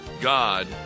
God